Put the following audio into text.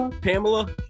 Pamela